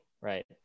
right